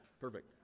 Perfect